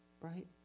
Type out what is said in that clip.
Right